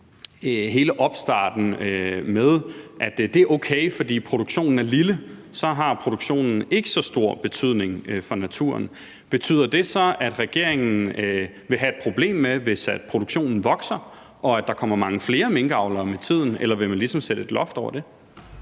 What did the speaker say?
hele opstarten med, at det er okay, fordi produktionen er lille, og så har produktionen ikke så stor betydning for naturen. Betyder det så, at regeringen vil have et problem med det, hvis produktionen vokser og der kommer mange flere minkavlere med tiden, eller vil man ligesom sætte et loft over det?